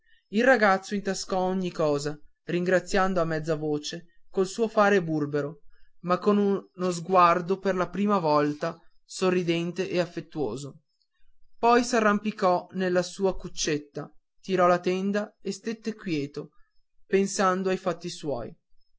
il ragazzo intascò ogni cosa ringraziando a mezza voce col suo fare burbero ma con uno sguardo per la prima volta sorridente e affettuoso poi s'arrampicò nella sua cabina tirò la tenda e stette queto pensando ai fatti suoi